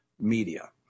media